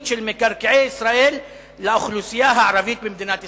של מקרקעי ישראל לאוכלוסייה הערבית במדינת ישראל".